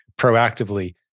proactively